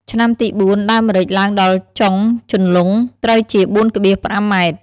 ឆ្នាំទី៤ ដើមម្រេចឡើងដល់ចុងជន្លង់ ត្រូវជា ៤,៥ម។